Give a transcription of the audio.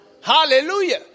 Hallelujah